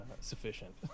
sufficient